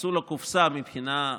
עשו לו קופסה מבחינה חשבונאית,